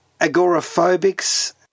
agoraphobics